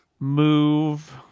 Move